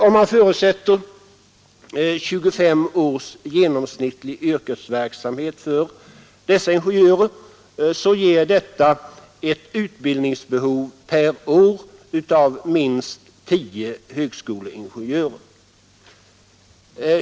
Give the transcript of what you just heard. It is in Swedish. Om man förutsätter 25 års genomsnittlig yrkesverksamhet för dessa ingenjörer, ger detta ett utbildningsbehov per år av minst 10 högskoleingenjörer.